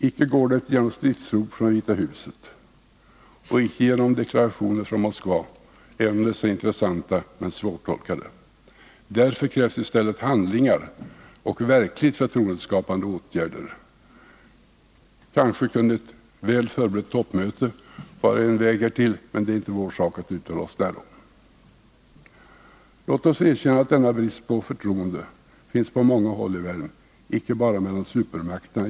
Icke går det genom stridsrop från Vita huset och icke genom deklarationer från Moskva — dessa är intressanta men svårtolkade. Därför krävs i stället handlingar och verkligt förtroendeskapande åtgärder. Kanske kunde ett väl förberett toppmöte vara en väg härtill, men det är inte vår sak att yttra oss därom. Låt oss också erkänna att denna brist på förtroende finns på många håll i världen, icke bara mellan supermakterna.